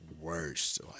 worst